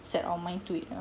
set our mind to it ah